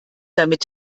damit